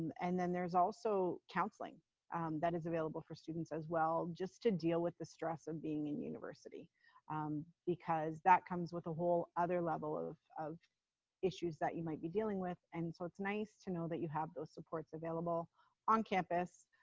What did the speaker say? and then there's also counseling that is available for students as well just to deal with the stress of being in university because that comes with a whole other level of of issues that you might be dealing with. and so it's nice to know that you have those supports available on campus.